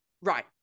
Right